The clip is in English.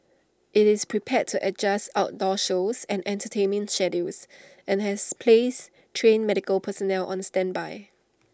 IT is prepared to adjust outdoor shows and entertainment schedules and has placed trained medical personnel on standby